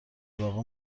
واقع